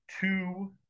two